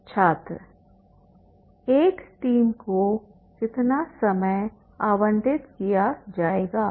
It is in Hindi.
छात्र एक टीम को कितना समय आवंटित किया जाएगा